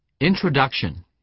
Introduction